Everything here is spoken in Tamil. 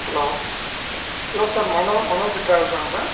hello hello sir Mano Manoj ட்ராவல்ஸாங்க சார்